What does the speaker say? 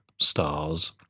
stars